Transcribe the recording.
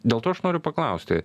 dėl to aš noriu paklausti